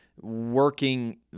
working